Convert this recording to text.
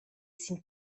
sin